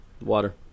Water